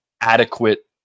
adequate